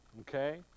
okay